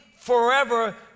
forever